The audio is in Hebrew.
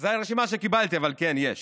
זו הרשימה שקיבלתי, אבל כן, יש.